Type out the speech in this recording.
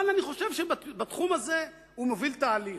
אבל אני חושב שבתחום הזה הוא מוביל תהליך.